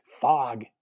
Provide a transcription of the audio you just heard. fog